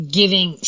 giving